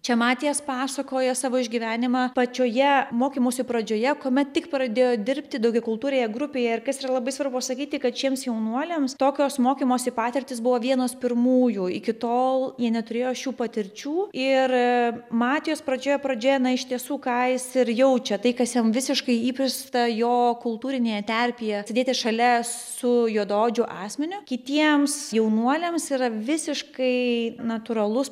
čia matijas pasakoja savo išgyvenimą pačioje mokymosi pradžioje kuomet tik pradėjo dirbti daugiakultūrėje grupėje ir kas yra labai svarbu pasakyti kad šiems jaunuoliams tokios mokymosi patirtys buvo vienos pirmųjų iki tol jie neturėjo šių patirčių ir matijas pradžioje pradžioje na iš tiesų ką ji ir jaučia tai kas jam visiškai įprasta jo kultūrinėje terpėje sėdėti šalia su juodaodžiu asmeniu kitiems jaunuoliams yra visiškai natūralus